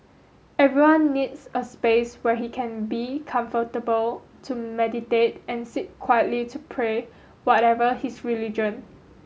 everyone needs a space where he can be comfortable to meditate and sit quietly to pray whatever his religion